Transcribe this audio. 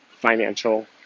financial